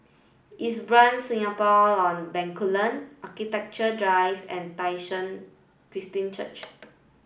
Singapore on Bencoolen Architecture Drive and Tai Seng Christian Church